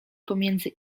pomiędzy